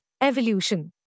Evolution